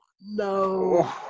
No